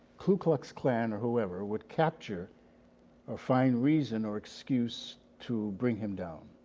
klu klux klan or whomever would capture or find reason or excuse to bring him down.